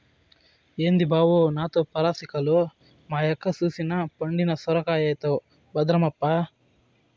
ఏంది బావో నాతో పరాసికాలు, మా యక్క సూసెనా పండిన సొరకాయైతవు భద్రమప్పా